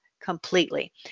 completely